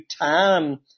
time